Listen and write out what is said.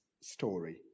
story